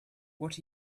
what